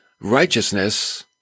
righteousness